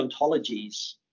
ontologies